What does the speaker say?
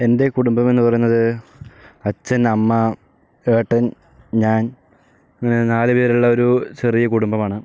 എൻ്റെ കുടുംബം എന്ന് പറയുന്നത് അച്ഛൻ അമ്മ ഏട്ടൻ ഞാൻ നാല് പേരുള്ള ഒരു ചെറിയ കുടുംബമാണ്